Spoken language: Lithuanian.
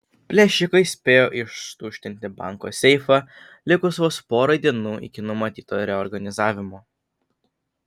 plėšikai spėjo ištuštinti banko seifą likus vos porai dienų iki numatyto reorganizavimo